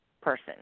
person